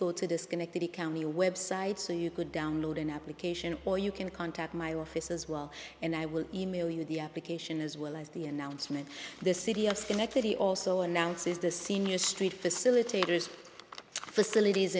go to disconnect the county website so you could download an application or you can contact my office as well and i will email you the application as well as the announcement the city of iniquity also announces the senior st facilitators facilities